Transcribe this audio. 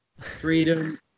Freedom